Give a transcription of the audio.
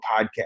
podcast